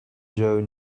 joe